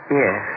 yes